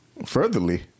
furtherly